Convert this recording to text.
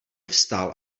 vstal